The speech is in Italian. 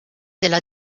della